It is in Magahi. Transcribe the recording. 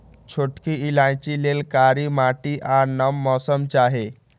छोटकि इलाइचि लेल कारी माटि आ नम मौसम चाहि